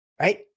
right